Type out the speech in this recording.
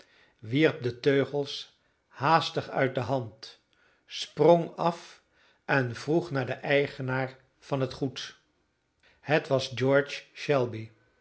wierp de teugels haastig uit de hand sprong af en vroeg naar den eigenaar van het goed het was george shelby